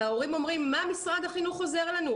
ההורים אומרים, מה משרד החינוך עוזר לנו?